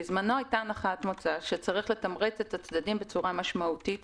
בזמנו הייתה הנחת מוצא שצריך לתמרץ את הצדדים בצורה משמעותית.